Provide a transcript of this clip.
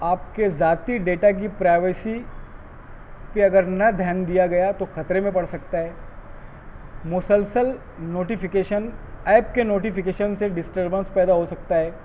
آپ کے ذاتی ڈیٹا کی پرائیویسی پہ اگر نہ دھیان دیا گیا تو خطرے میں پڑ سکتا ہے مسلسل نوٹیفکیشن ایپ کے نوٹیفیکیشن سے ڈسٹربینس پیدا ہو سکتا ہے